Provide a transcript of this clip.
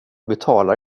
betalar